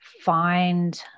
find